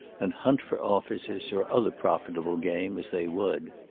and hunt for offices, or other profitable game, as they would.